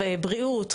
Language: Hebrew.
בריאות,